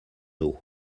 eau